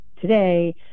today